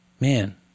man